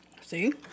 See